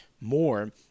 more